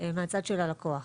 מהצד של הלקוח,